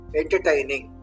entertaining